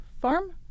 farm